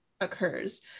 occurs